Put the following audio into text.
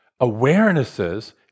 awarenesses